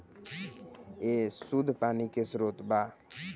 ए शुद्ध पानी के स्रोत बा